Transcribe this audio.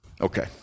Okay